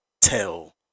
tell